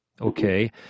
okay